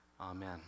Amen